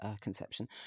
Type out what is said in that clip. conception